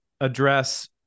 address